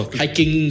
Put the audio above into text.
hiking